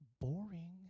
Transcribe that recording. boring